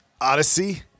Odyssey